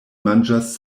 manĝas